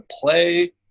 play